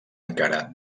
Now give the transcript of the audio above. encara